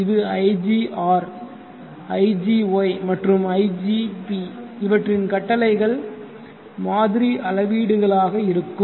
இது igR igY மற்றும் igB இவற்றின் கட்டளைகள் மாதிரி அளவீடுகள் ஆக இருக்கும்